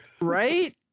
Right